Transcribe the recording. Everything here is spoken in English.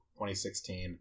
2016